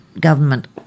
government